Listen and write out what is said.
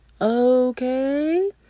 okay